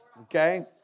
okay